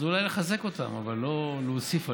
אז אולי נחזק אותם אבל לא נוסיף עליהם.